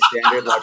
standard